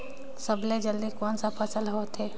सबले जल्दी कोन सा फसल ह होथे?